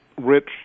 rich